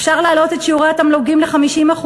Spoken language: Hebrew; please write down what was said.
אפשר להעלות את שיעורי התמלוגים ל-50%.